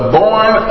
born